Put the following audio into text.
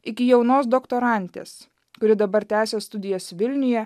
iki jaunos doktorantės kuri dabar tęsia studijas vilniuje